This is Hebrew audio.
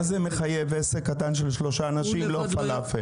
במה זה מחייב עסק קטן עם שלושה אנשים שהוא לא דוכן פלאפל?